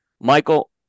Michael